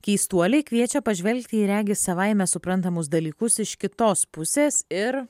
keistuoliai kviečia pažvelgti į regis savaime suprantamus dalykus iš kitos pusės ir